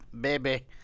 baby